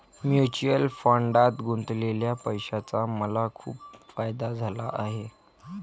mutual फंडात गुंतवलेल्या पैशाचा मला खूप फायदा झाला आहे